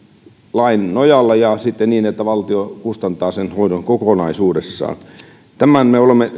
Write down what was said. lain nojalla ja niin että valtio kustantaa sen hoidon kokonaisuudessaan tämän me olemme